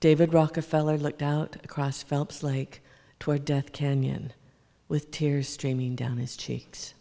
david rockefeller looked out across phelps lake toward death canyon with tears streaming down his cheeks